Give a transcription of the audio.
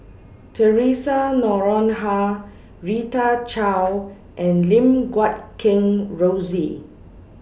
Theresa Noronha Rita Chao and Lim Guat Kheng Rosie